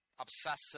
obsessive